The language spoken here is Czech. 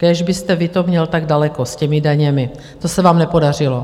Kéž byste vy to měl tak daleko s těmi daněmi, to se vám nepodařilo.